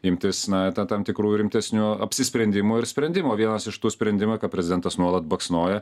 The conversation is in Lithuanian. imtis na ten tam tikrų rimtesnių apsisprendimų ir sprendimų vienas iš tų sprendimų ką prezidentas nuolat baksnoja